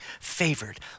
favored